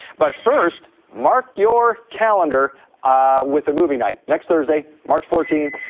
but first, mark your calendar with the movie night, next thursday, march fourteen,